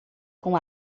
com